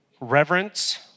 reverence